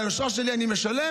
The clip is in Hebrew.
התעקשו פה, מי שמגיש,